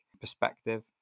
perspective